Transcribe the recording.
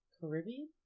Caribbean